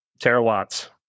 terawatts